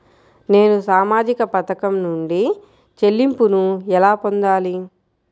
నేను సామాజిక పథకం నుండి చెల్లింపును ఎలా పొందాలి?